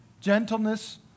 Gentleness